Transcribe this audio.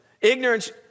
ignorance